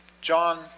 John